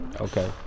Okay